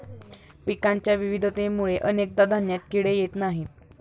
पिकांच्या विविधतेमुळे अनेकदा धान्यात किडे येत नाहीत